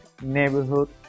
neighborhood